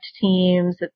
teams